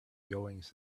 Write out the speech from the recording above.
goings